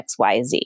XYZ